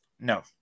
No